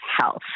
health